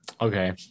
okay